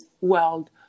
world